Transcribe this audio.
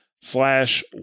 slash